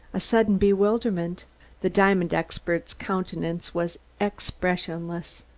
a sudden bewilderment the diamond expert's countenance was expressionless.